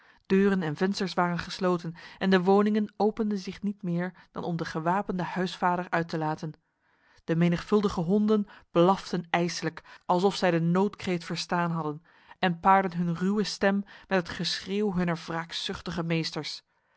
deuren en vensters waren gesloten en de woningen openden zich niet meer dan om de gewapende huisvader uit te laten de menigvuldige honden blaften ijslijk alsof zij de noodkreet verstaan hadden en paarden hun ruwe stem met het geschreeuw hunner wraakzuchtige meesters